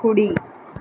కుడి